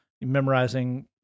memorizing